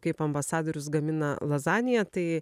kaip ambasadorius gamina lazaniją tai